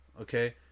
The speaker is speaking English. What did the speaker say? okay